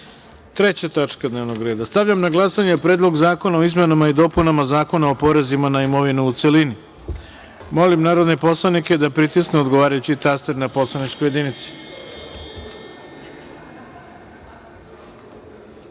taksama. Stavljam na glasanje Predlog zakona o izmenama i dopunama Zakona o porezima na imovinu, u celini. Molim narodne poslanike da pritisnu odgovarajući taster na poslaničkoj